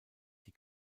die